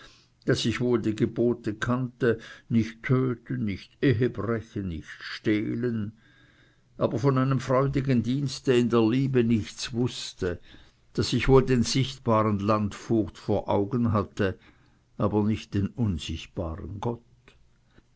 daß ich wohl die gebote kannte nicht töten nicht ehebrechen nicht stehlen aber von einem freudigen dienste in der liebe nichts wußte daß ich wohl den sichtbaren landvogt vor augen hatte aber nicht den unsichtbaren gott